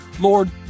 Lord